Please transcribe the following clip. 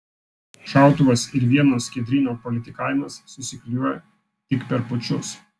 šautuvas ir vieno skiedryno politikavimas susiklijuoja tik per pučus